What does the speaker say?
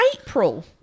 April